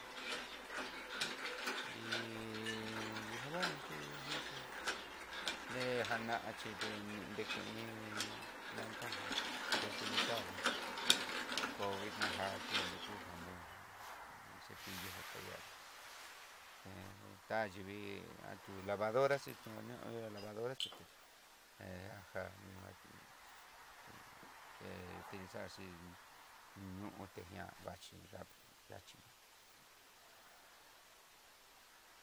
Nri jabon chí ñakú dé janá chí dekú iin plata jan ché utilizar jan ché utilizar nrí kovidna jan chí nre ku jabon ná cepillo je tallar hé tayivii, ati'ó lavadora xituña lavadora chité he ajan ninguan xé utilizar xí niuté ñan vaxhí ya yaxhí.